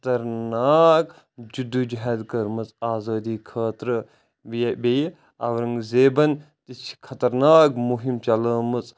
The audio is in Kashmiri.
خَطَرناک جدوٗجہَد کٔرمٕژ آزٲدی خٲطرٕ بیٚیہِ اورَنٛگزیبَن تہِ چھِ خَطرناک مُہِم چَلٲمٕژ